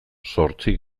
zortzi